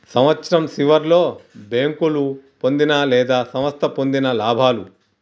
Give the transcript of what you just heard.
సంవత్సరం సివర్లో బేంకోలు పొందిన లేదా సంస్థ పొందిన లాభాలు